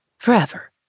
Forever